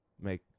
make